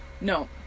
No